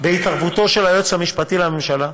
בהתערבותו של היועץ המשפטי לממשלה,